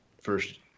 first